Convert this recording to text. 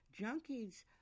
junkies